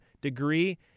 degree